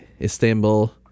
Istanbul